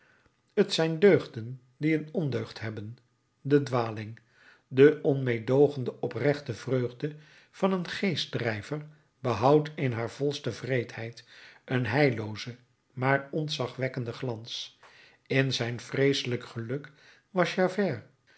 t zijn deugden die een ondeugd hebben de dwaling de onmeedoogende oprechte vreugde van een geestdrijver behoudt in haar volste wreedheid een heilloozen maar ontzagwekkenden glans in zijn vreeselijk geluk was javert